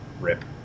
Rip